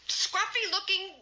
scruffy-looking